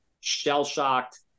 shell-shocked